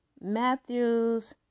Matthews